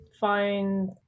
find